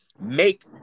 make